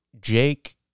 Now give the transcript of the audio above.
Jake